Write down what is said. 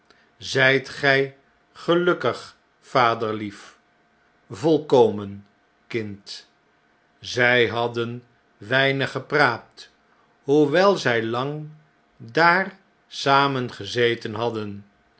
grij zjjt gelukkig vaderlief volkomen kind zij hadden weinig gepraat hoewel zjj lang daar samen gezeten hadden